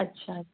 अछा